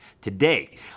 today